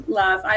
love